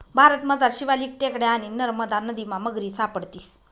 भारतमझार शिवालिक टेकड्या आणि नरमदा नदीमा मगरी सापडतीस